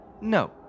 No